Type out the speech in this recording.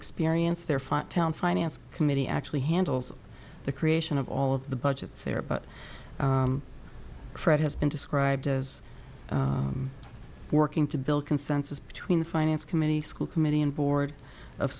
experience there funtown finance committee actually handles the creation of all of the budgets there but fred has been described as working to build consensus between the finance committee school committee and board of